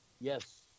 Yes